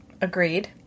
Agreed